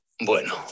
Bueno